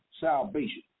salvation